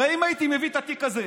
הרי אם הייתי מביא את התיק הזה,